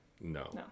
No